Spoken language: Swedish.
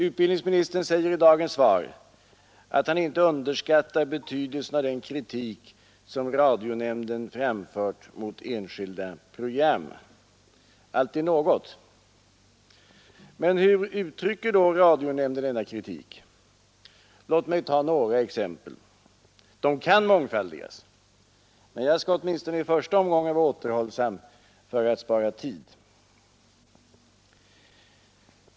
Utbildningsministern säger i dagens svar att han inte underskattar betydelsen av den kritik som radionämnden framfört mot enskilda program. Alltid något! Men hur uttrycker då radionämnden denna kritik? Låt mig ta några exempel. De kan mångfaldigas. Men jag skall åtminstone i första omgången vara återhållsam för att spara tid.